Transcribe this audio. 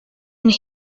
and